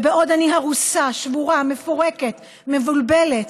ובעוד אני הרוסה, שבורה, מפורקת, מבולבלת,